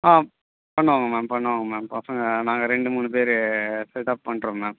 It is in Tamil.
ஆ பண்ணுவாங்க மேம் பண்ணுவாங்க மேம் பசங்கள் நாங்கள் ரெண்டு மூணு பேர் செட்டப் பண்ணுறோம் மேம்